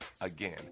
Again